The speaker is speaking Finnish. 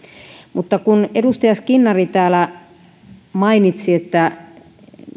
mutta kun edustaja skinnari täällä mainitsi että